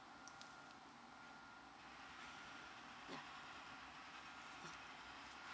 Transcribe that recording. ya